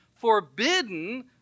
forbidden